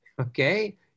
okay